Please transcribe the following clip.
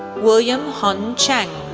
william hon cheng,